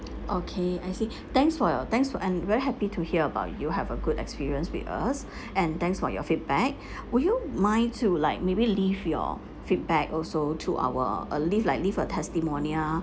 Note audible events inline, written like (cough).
okay I see (breath) thanks for your thanks for and very happy to hear about you have a good experience with us (breath) and thanks for your feedback (breath) would you mind to like maybe leave your feedback also to our uh leave like leave a testimonial